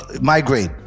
migrate